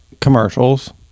commercials